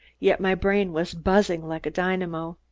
yet my brain was buzzing like a dynamo.